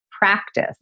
practice